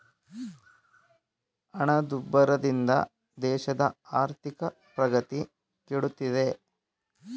ಹಣದುಬ್ಬರದಿಂದ ದೇಶದ ಆರ್ಥಿಕ ಪ್ರಗತಿ ಕೆಡುತ್ತಿದೆ